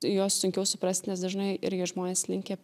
juos sunkiau suprasti nes dažnai irgi žmonės linkę